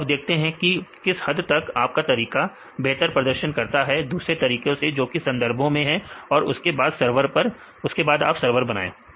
तो अब देखते हैं किस हद तक आपका तरीका बेहतर प्रदर्शन करता है दूसरे तरीकों से जो कि संदर्भों में है और उसके बाद आप सरवर बनाएं